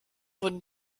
wurde